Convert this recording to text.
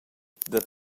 dad